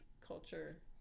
culture